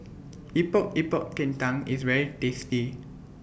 Epok Epok Kentang IS very tasty